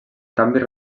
canvis